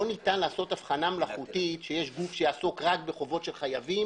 לא ניתן לעשות הבחנה מלאכותית שיש גוף שיעסוק רק בחובות של חייבים